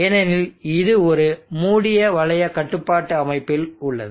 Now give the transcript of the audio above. ஏனெனில் இது ஒரு மூடிய வளைய கட்டுப்பாட்டு அமைப்பில் உள்ளது